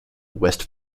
west